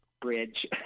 bridge